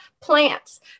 plants